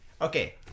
Okay